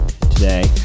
today